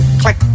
click